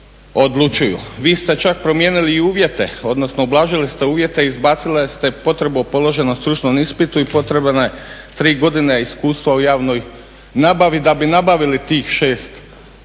Vi ste čak promijenili uvjete odnosno ublažili ste uvjete, izbacili ste potrebu o položenom stručnom ispitu i potrebne tri godine iskustva u javnoj nabavi da bi nabavili tih 6 potrebiti